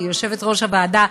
יושבת-ראש הוועדה,